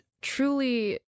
truly